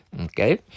Okay